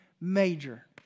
major